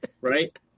Right